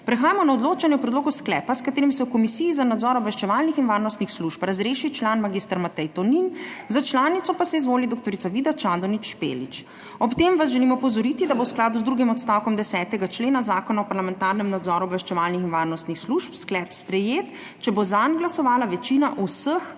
Prehajamo na odločanje o predlogu sklepa, s katerim se v Komisiji za nadzor obveščevalnih in varnostnih služb razreši član mag. Matej Tonin, za članico pa se izvoli dr. Vida Čadonič Špelič. Ob tem vas želim opozoriti, da bo v skladu z drugim odstavkom 10. člena Zakona o parlamentarnem nadzoru obveščevalnih in varnostnih služb sklep sprejet, če bo zanj glasovala večina vseh